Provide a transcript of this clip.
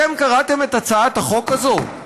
אתם קראתם את הצעת החוק הזאת?